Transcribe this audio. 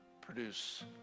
produce